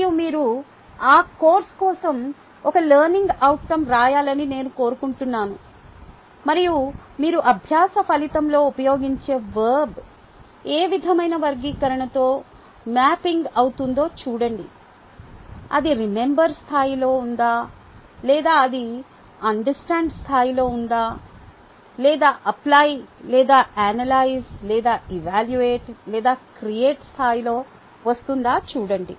మరియు మీరు ఆ కోర్సు కోసం ఒక లెర్నింగ్ అవుట్కం వ్రాయాలని నేను కోరుకుంటున్నాను మరియు మీరు అభ్యాస ఫలితంలో ఉపయోగించే వర్బ్ ఏ విధమైన వర్గీకరణతో మ్యాపింగ్ అవుతుందో చూడండి అది రిమెంబర్ స్థాయిలో ఉందా లేదా అది అండర్స్టాండ్ స్థాయిలో వస్తుందా లేదా అప్లై లేదా అనలైజ్ లేదా ఎవాల్యూట లేదా క్రియేట్ స్థాయిలో వస్తుందా చూడండి